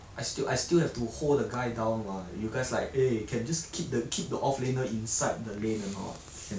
mm looks like every other game master I see maybe grandmaster lucky ah that's why they can get this savages ah